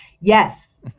Yes